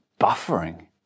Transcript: buffering